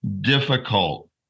difficult